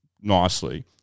nicely